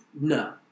No